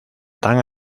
tan